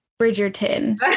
Bridgerton